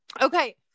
Okay